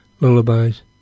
lullabies